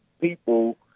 people